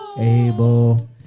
able